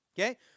Okay